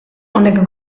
honek